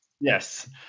Yes